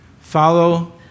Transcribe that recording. Follow